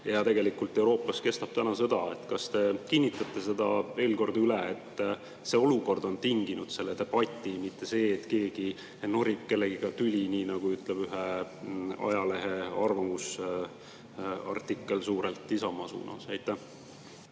Tegelikult Euroopas on täna sõda. Kas te kinnitaksite veel kord üle, et see olukord on tinginud selle debati, mitte see, et keegi norib kellegagi tüli, nii nagu ütleb ühe ajalehe arvamusartikkel suurelt Isamaa suunas? Aitäh!